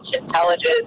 intelligence